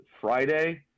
Friday